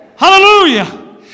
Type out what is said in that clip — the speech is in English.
Hallelujah